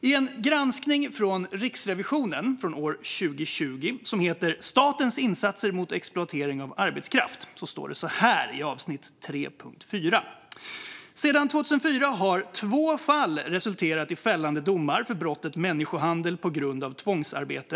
I en granskning från Riksrevisionen från år 2020 som heter Statens insatser mot exploatering av arbetskraft står det så här i avsnitt 3.4: "Sedan 2004 har två fall resulterat i fällande domar för brottet människohandel på grund av tvångsarbete.